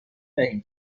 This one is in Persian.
دهیم